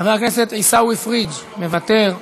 חבר הכנסת עיסאווי פריג' מוותר.